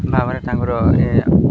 ଭାବରେ ତାଙ୍କର